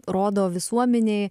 rodo visuomenei